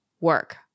work